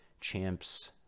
champs